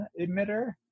emitter